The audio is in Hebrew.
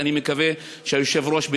ואני מקווה שהיושב-ראש,